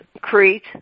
Crete